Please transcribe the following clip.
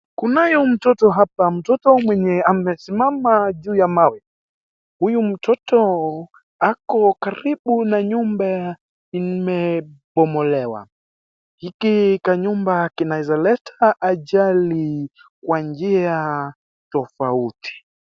Kunayo mtoto hapa, mtoto mwenye amesimama juu ya mawe. Huyu mtoto ako karibu na nyumba imebomolewa. Hiki kinyumba kinezaleta ajali kwa njia tofauti.